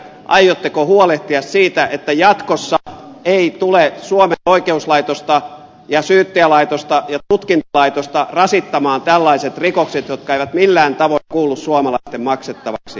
aiotteko huolehtia siitä että jatkossa ei tule suomen oikeuslaitosta ja syyttäjälaitosta ja tutkintalaitosta rasittamaan tällaiset rikokset jotka eivät millään tavoin kuulu suomalaisten maksettavaksi